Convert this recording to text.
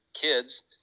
kids